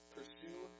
Pursue